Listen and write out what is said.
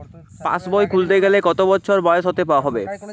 পাশবই খুলতে গেলে কত বছর বয়স হতে হবে?